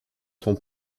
son